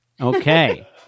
Okay